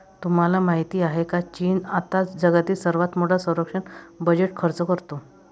तुम्हाला माहिती आहे का की चीन आता जगातील सर्वात मोठा संरक्षण बजेट खर्च करतो?